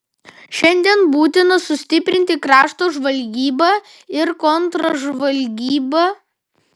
šiandien būtina sustiprinti krašto žvalgybą ir kontržvalgybą